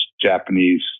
Japanese